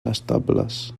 estables